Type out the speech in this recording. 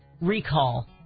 recall